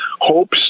hopes